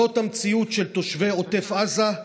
זאת המציאות של תושבי עוטף עזה,